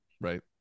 Right